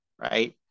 right